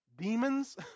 Demons